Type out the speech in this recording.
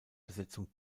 besetzung